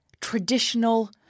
traditional